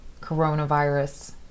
coronavirus